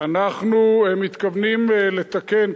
אנחנו מתכוונים לתקן,